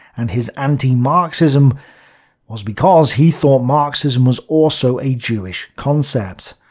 and his anti-marxism was because he thought marxism was also a jewish concept.